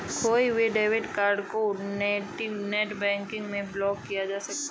खोये हुए debit card को नेटबैंकिंग से ब्लॉक किया जा सकता है